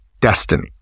destiny